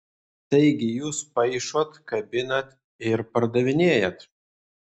taigi jūs paišot kabinat ir pardavinėjat